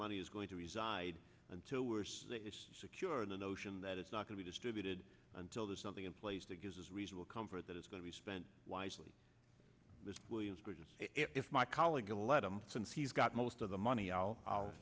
money is going to reside until we're securing the notion that it's not going to distributed until there's something in place that gives us reasonable comfort that it's going to be spent wisely williams because if my colleague let him since he's got most of the money i'll